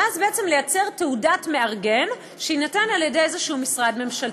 ואז בעצם לייצר תעודת מארגן שתינתן על-ידי איזשהו משרד ממשלתי.